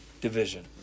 division